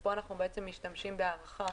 ופה אנחנו בעצם משתמשים בהארכה.